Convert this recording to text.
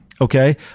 Okay